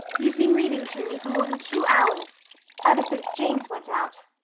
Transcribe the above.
you've been reading to me for more than two hours ever since james went out.